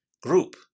group